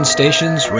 Stations